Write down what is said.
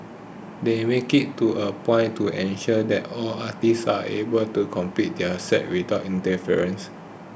they make it to a point to ensure that all artists are able to complete their sets without interference